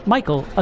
Michael